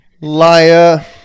liar